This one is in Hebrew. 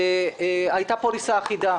למשל הייתה פוליסה אחידה.